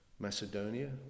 Macedonia